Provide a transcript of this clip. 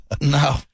No